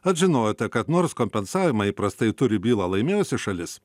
ar žinojote kad nors kompensavimą įprastai turi bylą laimėjusi šalis